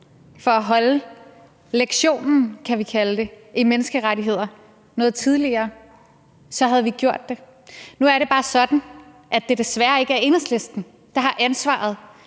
kan vi kalde det, i menneskerettigheder noget tidligere, så havde vi gjort det. Nu er det bare sådan, at det desværre ikke er Enhedslisten, der har ansvaret